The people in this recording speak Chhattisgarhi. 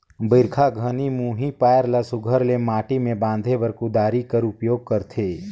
बरिखा घनी मुही पाएर ल सुग्घर ले माटी मे बांधे बर कुदारी कर उपियोग करथे